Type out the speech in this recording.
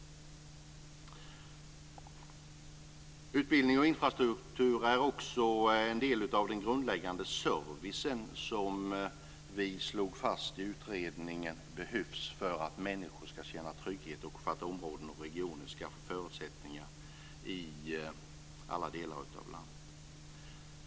Utbildning och infrastruktur är också en del av den grundläggande service som vi slog fast i utredningen behövs för att människor ska känna trygghet och för att områden och regioner ska få förutsättningar att utvecklas i alla delar av landet.